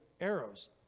arrows